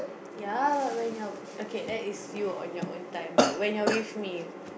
ya lah when you're okay that is you on your own time but when you're with me